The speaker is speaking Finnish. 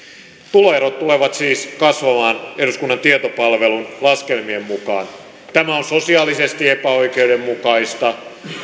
tuloerot tulevat siis kasvamaan eduskunnan tietopalvelun laskelmien mukaan tämä on sosiaalisesti epäoikeudenmukaista